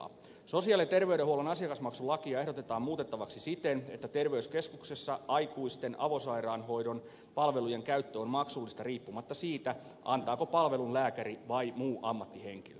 sosiaali ja terveydenhuollon asiakasmaksulakia ehdotetaan muutettavaksi siten että terveyskeskuksessa aikuisten avosairaanhoidon palvelujen käyttö on maksullista riippumatta siitä antaako palvelun lääkäri vai muu ammattihenkilö